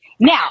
Now